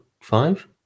five